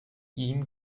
ihm